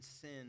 sin